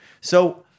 So-